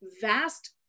vast